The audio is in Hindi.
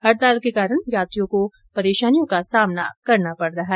हड़ताल के कारण यात्रियों को परेशानी का सामना करना पड़ रहा है